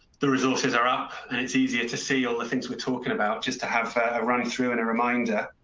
the resources are up and it's easier to see all the things we're talking about, just to have a running through in a reminder.